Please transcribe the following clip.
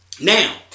Now